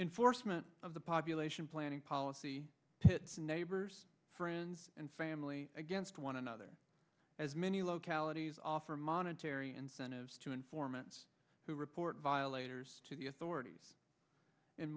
in forstmann of the population planning policy to neighbors friends and family against one another as many localities offer monetary incentives to informants who report violators to the authorities in